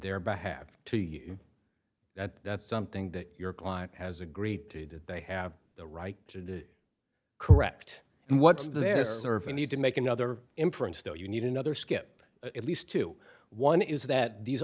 their behalf to you that that's something that your client has agreed to that they have the right to correct and what's their service need to make another inference though you need another skip at least twenty one is that these